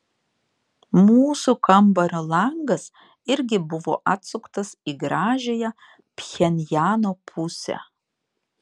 mūsų kambario langas irgi buvo atsuktas į gražiąją pchenjano pusę